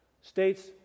states